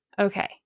Okay